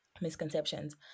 misconceptions